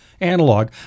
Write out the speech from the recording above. analog